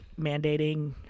mandating